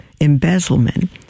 embezzlement